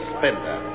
Spender